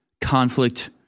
conflict